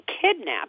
kidnapped